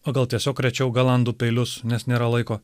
o gal tiesiog rečiau galandu peilius nes nėra laiko